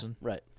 Right